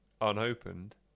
unopened